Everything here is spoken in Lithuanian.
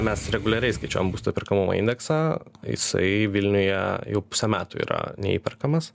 mes reguliariai skaičiuojam būsto įperkamumo indeksą jisai vilniuje jau pusę metų yra neįperkamas